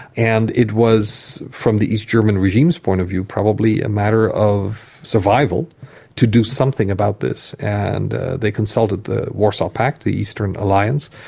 and it was, from the east german regime's point of view, probably a matter of survival to do something about this. and they consulted the warsaw pact, the eastern alliance,